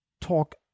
talk